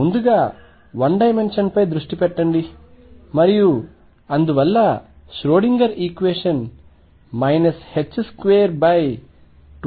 ముందుగా 1 డైమెన్షన్పై దృష్టి పెట్టండి మరియు అందువల్ల ష్రోడింగర్ ఈక్వేషన్ 22md2dx2Eψ